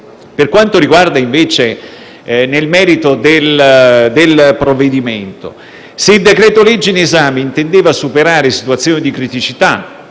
Per quanto riguarda, invece, il merito del provvedimento, se il decreto-legge in esame intendeva superare situazioni di criticità